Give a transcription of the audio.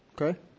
Okay